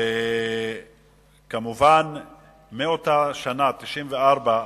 מובן שמאותה שנה, 1994,